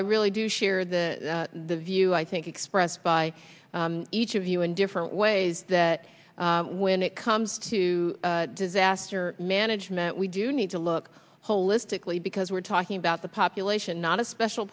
i really do share the the view i think expressed by each of you in different ways that when it comes to disaster management we do need to look holistically because we're talking about the population not a special